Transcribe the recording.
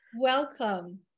Welcome